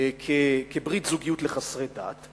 כברית זוגיות לחסרי דת,